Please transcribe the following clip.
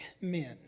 men